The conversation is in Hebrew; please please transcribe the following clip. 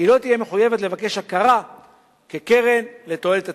היא לא תהיה מחויבת לבקש הכרה כקרן לתועלת הציבור.